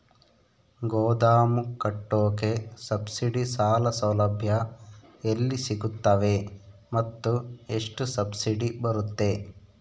ಗೋದಾಮು ಕಟ್ಟೋಕೆ ಸಬ್ಸಿಡಿ ಸಾಲ ಸೌಲಭ್ಯ ಎಲ್ಲಿ ಸಿಗುತ್ತವೆ ಮತ್ತು ಎಷ್ಟು ಸಬ್ಸಿಡಿ ಬರುತ್ತೆ?